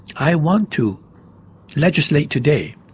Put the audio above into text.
i want to legislate today